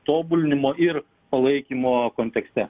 tobulinimo ir palaikymo kontekste